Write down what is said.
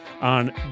on